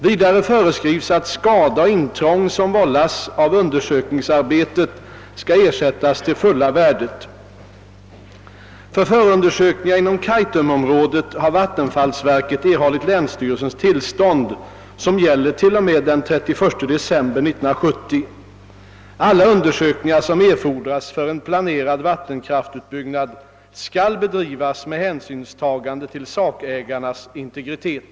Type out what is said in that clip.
Vidare föreskrivs att skada och intrång som vållas av undersökningsarbetet skall ersättas till fulla värdet. För förundersökningar inom Kaitumområdet har vattenfallsverket erhållit länsstyrelsens tillstånd, som gäller till och med den 31 december 1970. Alla undersökningar som erfordras för en planerad vattenkraftutbyggnad skall bedrivas med hänsynstagande till sakägarnas integritet.